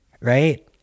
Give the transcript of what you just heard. Right